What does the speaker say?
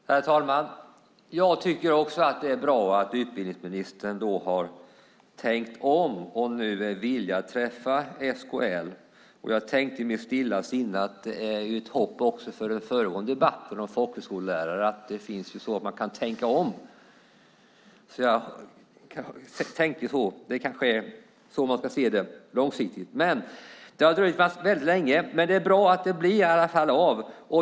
Herr talman! Jag tycker också att det är bra att utbildningsministern har tänkt om och nu är villig att träffa SKL. Jag tänkte i mitt stilla sinne att det också inger hopp när det gäller den föregående debatten om folkhögskolelärare. Man kan ju tänka om. Det kanske är så man ska se det, långsiktigt. Det har dröjt väldigt länge, men det är i alla fall bra att det blir av.